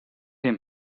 him